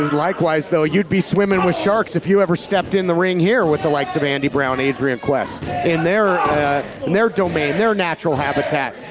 likewise though, you'd be swimming with sharks if you ever stepped in the ring here with the likes of andy brown and adrian quest in their and their domain, their natural habitat.